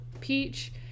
peach